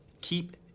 Keep